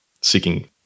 seeking